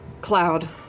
cloud